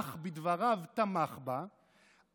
אך בדבריו תמך בה,